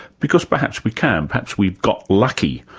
because perhaps we can, perhaps we've got lucky,